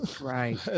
right